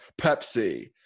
pepsi